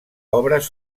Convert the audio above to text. obres